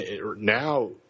Now